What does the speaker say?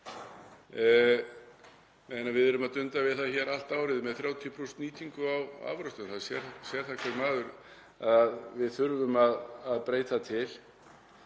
við erum að dunda við það allt árið með 30% nýtingu á afurðastöð. Það sér hver maður að við þurfum að breyta til